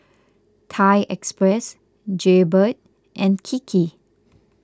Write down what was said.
Thai Express Jaybird and Kiki